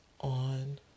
on